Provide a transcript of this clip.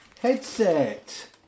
headset